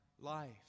life